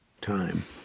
time